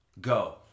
Go